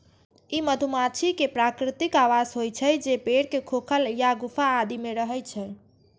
ई मधुमाछी के प्राकृतिक आवास होइ छै, जे पेड़ के खोखल या गुफा आदि मे रहै छै